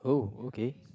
uh okay